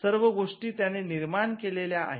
सर्व गोष्टी त्याने निर्माण केलेल्या आहेत